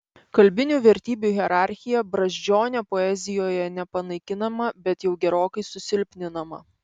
kalbinių vertybių hierarchija brazdžionio poezijoje nepanaikinama bet jau gerokai susilpninama